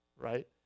right